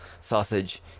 sausage